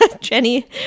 jenny